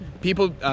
people